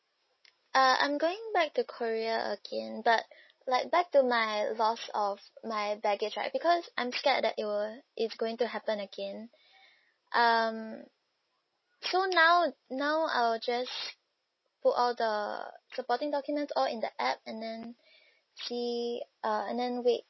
err I'm going back to korea again but like back to my loss of my baggage right because I'm scared that it will it's going to happen again um so now now I'll just put all the supporting documents all in the app and then see uh and then wait